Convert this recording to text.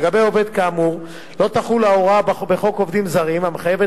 לגבי עובד כאמור לא תחול ההוראה בחוק עובדים זרים המחייבת